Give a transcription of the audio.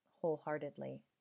wholeheartedly